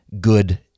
good